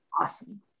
awesome